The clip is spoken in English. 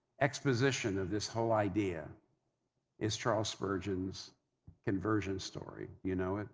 exposition of this whole idea is charles spurgeon's conversion story. you know it?